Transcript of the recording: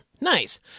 nice